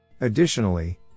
Additionally